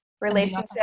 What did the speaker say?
Relationship